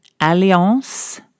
Alliance